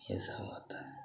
ये सब होता है